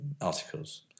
articles